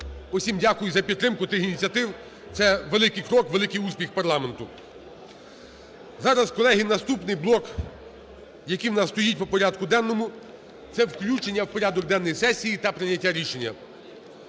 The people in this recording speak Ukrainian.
усім дякую за підтримку тих ініціатив. Це великий крок, великий успіх парламенту. Зараз, колеги, наступний блок, який у нас стоїть по порядку денному, це включення в порядок денний сесії та прийняття рішення.